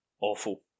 awful